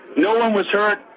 no one was hurt.